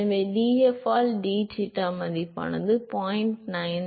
எனவே d f ஆல் d eta மதிப்பானது 0